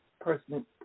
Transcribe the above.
person